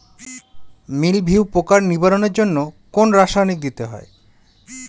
মিলভিউ পোকার নিবারণের জন্য কোন রাসায়নিক দিতে হয়?